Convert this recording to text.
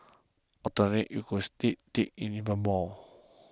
alternatively it could just dig dig in even more